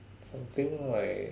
something like